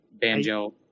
Banjo